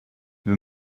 wir